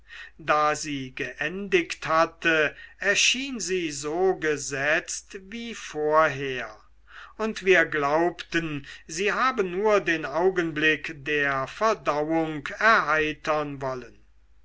da sie geendigt hatte erschien sie so gesetzt wie vorher und wir glaubten sie habe nur den augenblick der verdauung erheitern wollen